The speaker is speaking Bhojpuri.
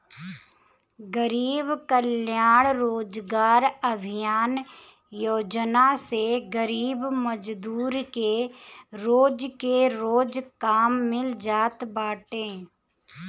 गरीब कल्याण रोजगार अभियान योजना से गरीब मजदूर के रोज के रोज काम मिल जात बाटे